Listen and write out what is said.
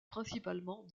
principalement